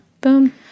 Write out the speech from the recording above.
Boom